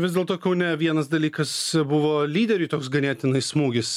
vis dėlto kaune vienas dalykas buvo lyderiui toks ganėtinai smūgis